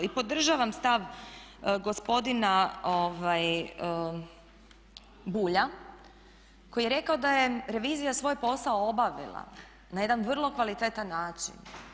I podržavam stav gospodina Bulja koji je rekao da je revizija svoj posao obavila na jedan vrlo kvalitetan način.